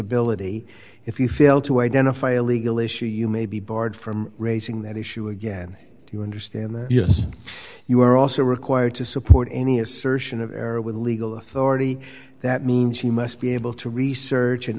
ability if you fail to identify a legal issue you may be barred from raising that issue again you understand that yes you are also required to support any assertion of error with a legal authority that means you must be able to research and